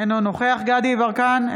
אינו נוכח דסטה גדי יברקן,